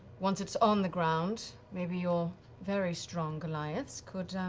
once it's on the ground, maybe your very strong goliaths could